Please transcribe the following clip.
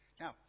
Now